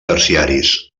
terciaris